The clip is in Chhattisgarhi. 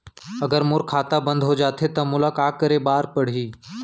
अगर मोर खाता बन्द हो जाथे त मोला का करे बार पड़हि?